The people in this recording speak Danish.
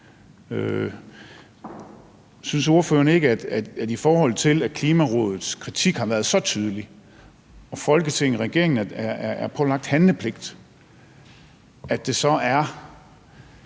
Synes ordføreren ikke, at i forhold til at Klimarådets kritik har været så tydelig og Folketinget og regeringen er pålagt handlepligt, er det lidt